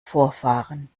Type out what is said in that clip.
vorfahren